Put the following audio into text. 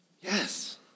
Yes